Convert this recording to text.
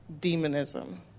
demonism